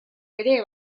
ere